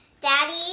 Daddy